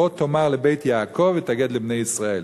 כה תאמר לבית יעקב ותגיד לבני ישראל.